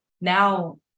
now